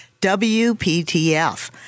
WPTF